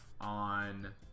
on